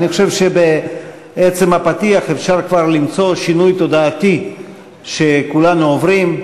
אני חושב שבעצם הפתיח אפשר כבר למצוא שינוי תודעתי שכולנו עוברים.